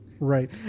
Right